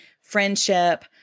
friendship